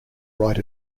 write